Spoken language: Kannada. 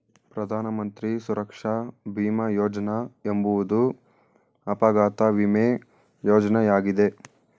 ಪ್ರಧಾನ ಮಂತ್ರಿ ಸುರಕ್ಷಾ ಭೀಮ ಯೋಜ್ನ ಎಂಬುವುದು ಅಪಘಾತ ವಿಮೆ ಯೋಜ್ನಯಾಗಿದೆ